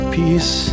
peace